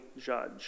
judge